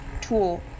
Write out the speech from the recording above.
tool